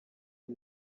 ari